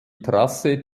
trasse